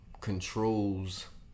controls